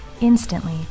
Instantly